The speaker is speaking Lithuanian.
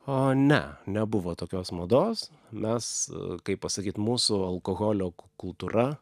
o ne nebuvo tokios mados mes kaip pasakyt mūsų alkoholio kultūra